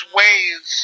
ways